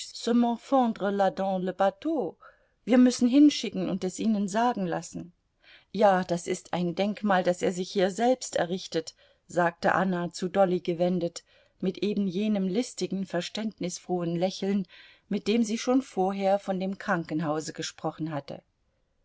wir müssen hinschicken und es ihnen sagen lassen ja das ist ein denkmal das er sich hier selbst errichtet sagte anna zu dolly gewendet mit eben jenem listigen verständnisfrohen lächeln mit dem sie schon vorher von dem krankenhause gesprochen hatte